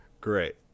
Great